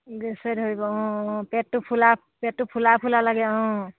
গেছে ধৰিব অঁ অঁ পেটটো ফুলা পেটটো ফুলা ফুলা লাগে অঁ